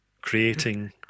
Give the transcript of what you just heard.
creating